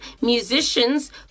musicians